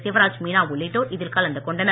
சிவராஜ் மீனா உள்ளிட்டோர் இதில் கலந்து கொண்டனர்